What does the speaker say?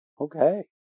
Okay